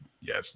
Yes